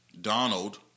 Donald